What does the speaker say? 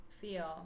feel